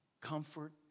Comfort